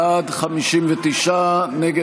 59 בעד, 22 נגד.